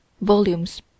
volumes